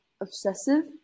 obsessive